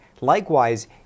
likewise